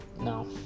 no